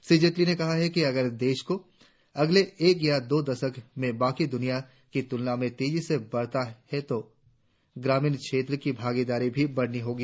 श्री जेटली ने कहा कि अगर देश को अगले एक या दो दशको में बाकी दुनिया की तुलना में तेजी से बढ़ना है तो ग्रामीण क्षेत्र की भागीदारी भी बढ़ानी होगी